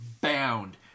bound –